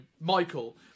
Michael